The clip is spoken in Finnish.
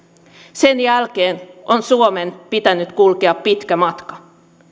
sen jälkeen on suomen pitänyt kulkea pitkä matka